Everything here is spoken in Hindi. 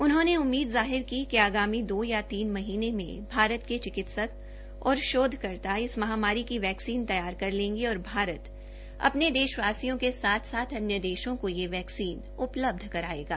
उन्होंने उम्मीद जाहिर की कि आगामी दो या तीन महीनें में भारत के चिकित्सक और शोधकर्ता इस महामारी की वैक्सिन तैयार कर लेंगे और भारत अपने देशवासियों के साथ साथ अन्य देशों को यह वैक्सिन उपलब्ध करायेंगा